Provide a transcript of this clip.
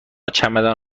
چمدان